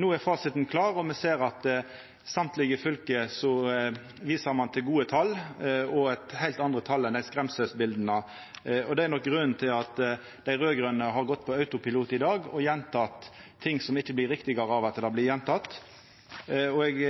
No er fasiten klar, og me ser at i alle fylke viser ein til gode tal – og heilt andre tal enn dei skremselsbileta ein viste til. Det er nok grunnen til at dei raud-grøne har gått på autopilot i dag og gjenteke ting som ikkje blir riktigare av å bli gjentekne. Eg